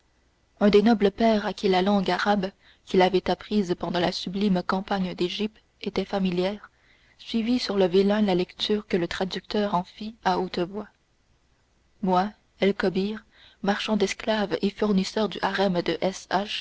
un des nobles pairs à qui la langue arabe qu'il avait apprise pendant la sublime campagne d'égypte était familière suivit sur le vélin la lecture que le traducteur en fit à haute voix moi el kobbir marchand d'esclaves et fournisseur du harem de